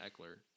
Eckler